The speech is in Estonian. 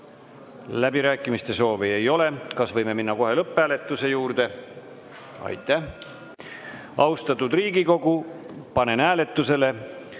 Läbirääkimiste soovi ei ole. Kas võime minna kohe lõpphääletuse juurde? Aitäh! Austatud Riigikogu, panen hääletusele